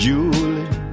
Julie